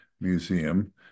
museum